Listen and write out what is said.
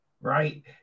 Right